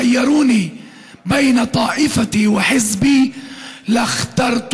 נתנו לי לבחור בין העדה שלי למפלגה שלי הייתי בוחר בעדה